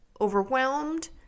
overwhelmed